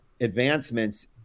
advancements